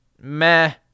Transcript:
meh